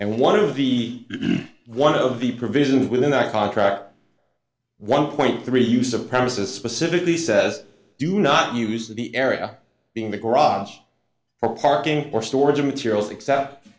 and one of the one of the provisions within that contract one point three use of premises specifically says do not use the area being the garage or parking or storage of materials